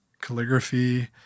calligraphy